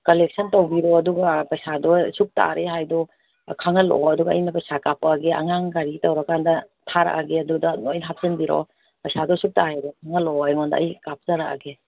collection ꯇꯧꯕꯤꯔꯣ ꯑꯗꯨꯒ ꯄꯩꯁꯥꯗꯣ ꯑꯁꯨꯛ ꯇꯥꯔꯦ ꯍꯥꯏꯗꯣ ꯈꯪꯍꯜꯂꯛꯑꯣ ꯑꯗꯨꯒ ꯑꯩꯅ ꯄꯩꯁꯥ ꯀꯥꯄꯛꯑꯒꯦ ꯑꯉꯥꯡ ꯒꯥꯔꯤ ꯇꯧꯔꯀꯥꯟꯗ ꯊꯥꯔꯛꯑꯒꯦ ꯑꯗꯨꯗ ꯂꯣꯏꯅ ꯍꯥꯞꯆꯟꯕꯤꯔꯛꯑꯣ ꯄꯩꯁꯥꯗꯣ ꯑꯁꯨꯛ ꯇꯥꯏꯌꯦꯗꯣ ꯈꯪꯍꯜꯂꯛꯑꯣ ꯑꯩꯉꯣꯟꯗ ꯑꯩ ꯀꯥꯞꯆꯔꯛꯑꯒꯦ